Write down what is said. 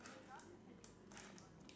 why can't they choose a or B